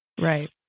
Right